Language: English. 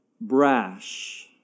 brash